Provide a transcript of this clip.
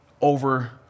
over